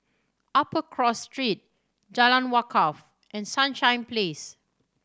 Upper Cross Street Jalan Wakaff and Sunshine Place